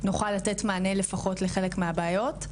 נוכל לתת מענה לפחות לחלק מהבעיות.